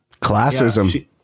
classism